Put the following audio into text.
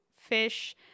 fish